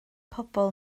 pobl